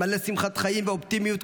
מלא שמחת חיים ואופטימיות,